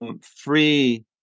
free